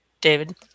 David